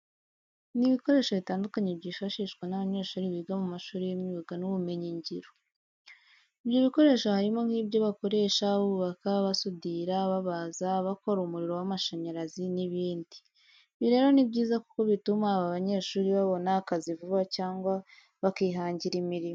Ni ibikoresho bitandukanye byifashishwa n'abanyeshuri biga mu mashuri y'imyuga n'ubumenyingiro. Ibyo bikoresho harimo nk'ibyo bakoresha bubaka, basudira, babaza, bakora umuriro w'amashanyarazi n'ibndi. Ibi rero ni byiza kuko bituma aba banyeshuri babona akazi vuba cyangwa bakihangira imirimo.